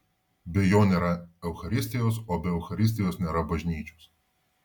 be jo nėra eucharistijos o be eucharistijos nėra bažnyčios